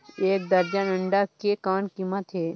एक दर्जन अंडा के कौन कीमत हे?